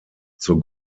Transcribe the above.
zur